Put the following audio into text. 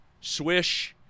Swish